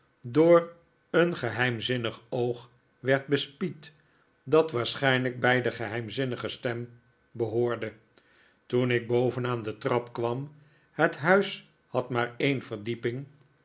door een geheimzinnig oog werd bespied dat waarschijnlijk bij de geheimzinnige stem behoorde toen ik boven aan de trap kwam het huis had maar een verdieping